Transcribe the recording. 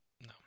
No